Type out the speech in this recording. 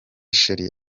cheri